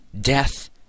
death